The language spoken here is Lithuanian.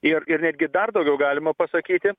ir ir netgi dar daugiau galima pasakyti